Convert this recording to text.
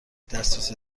دسترسی